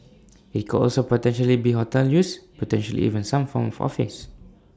IT could also potentially be hotel use potentially even some form of office